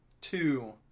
two